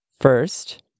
first